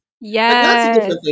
Yes